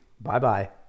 Bye-bye